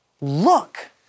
Look